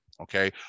Okay